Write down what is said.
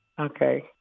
Okay